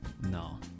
No